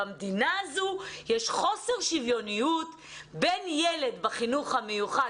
במדינה הזו יש חוסר שוויונית בין ילד בחינוך המיוחד